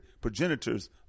progenitors